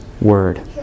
Word